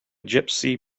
gypsy